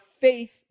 faith